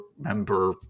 member